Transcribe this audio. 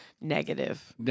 negative